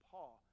Paul